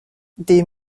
des